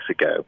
ago